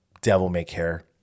devil-may-care